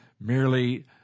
merely